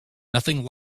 nothing